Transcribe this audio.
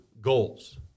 goals